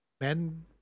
men